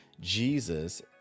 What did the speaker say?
Jesus